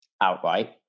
outright